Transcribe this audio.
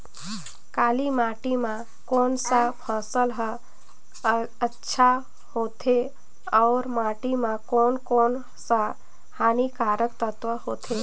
काली माटी मां कोन सा फसल ह अच्छा होथे अउर माटी म कोन कोन स हानिकारक तत्व होथे?